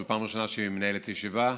זאת פעם ראשונה שהיא מנהלת ישיבה,